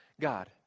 God